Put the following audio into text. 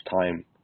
time